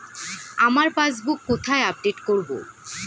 আমার পাসবুক কোথায় আপডেট করব?